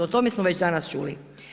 O tome smo već danas čuli.